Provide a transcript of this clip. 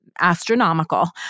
Astronomical